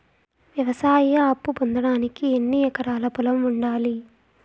వ్యవసాయ అప్పు పొందడానికి ఎన్ని ఎకరాల పొలం ఉండాలి?